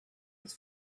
its